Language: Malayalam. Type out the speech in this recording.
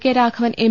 K Raghavan M